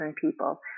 people